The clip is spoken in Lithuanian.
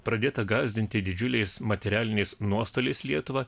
pradėta gąsdinti didžiuliais materialiniais nuostoliais lietuvą